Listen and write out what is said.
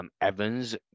Evans